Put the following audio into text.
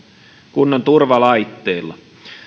kunnon turvalaitteilla